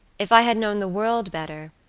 if i had known the world better,